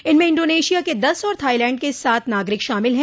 इनमें इंडोनेशिया के दस और थाईलैंड के सात नागरिक शामिल हैं